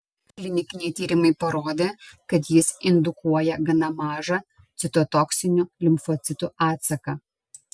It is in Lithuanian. klinikiniai tyrimai parodė kad jis indukuoja gana mažą citotoksinių limfocitų atsaką